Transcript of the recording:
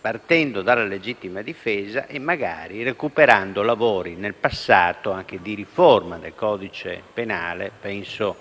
partendo dalla legittima difesa e, magari, anche recuperando lavori del passato di riforma del codice penale. Penso